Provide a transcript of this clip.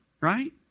right